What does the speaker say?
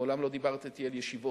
ומעולם לא דיברת אתי על ישיבות.